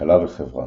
כלכלה וחברה